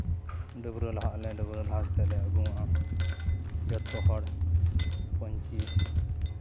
ᱰᱟᱵᱽᱨᱟᱹ ᱞᱟᱦᱟᱜ ᱟᱞᱮ ᱰᱟᱵᱽᱨᱟᱹ ᱞᱟᱦᱟ ᱠᱟᱛᱮᱫ ᱞᱮ ᱩᱰᱩᱠᱚᱜ ᱟᱞᱮ ᱡᱚᱛᱚᱦᱚᱲ ᱯᱟᱹᱧᱪᱤ